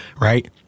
Right